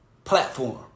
Platform